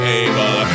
able